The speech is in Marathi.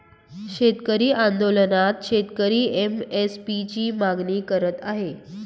शेतकरी आंदोलनात शेतकरी एम.एस.पी ची मागणी करत आहे